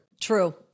true